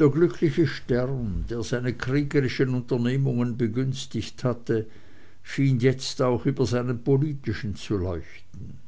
der glückliche stern der seine kriegerischen unternehmungen begünstigt hatte schien jetzt auch über seinen politischen zu leuchten